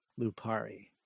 lupari